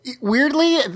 Weirdly